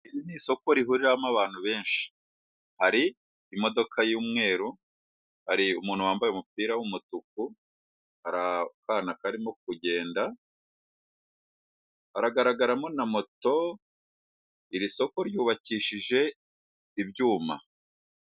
Ni isoko rihuriramo abantu benshi hari imodoka y'umweru hari umuntu wambaye umupira w'umutuku, hari akana karimo kugenda hagaragaramo na moto, iri soko ryubakishije ibyuma.